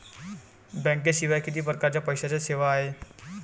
बँकेशिवाय किती परकारच्या पैशांच्या सेवा हाय?